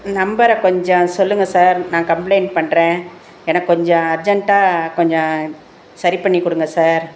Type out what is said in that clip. நம்பரை கொஞ்சம் சொல்லுங்கள் சார் நான் கம்ப்ளைண்ட் பண்ணுறேன் எனக்கு கொஞ்சம் அர்ஜெண்ட்டாக கொஞ்சம் சரி பண்ணிக் கொடுங்க சார்